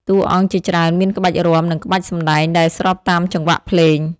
តួអង្គជាច្រើនមានក្បាច់រាំ និងក្បាច់សម្ដែងដែលស្របតាមចង្វាក់ភ្លេង។